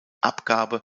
abgabe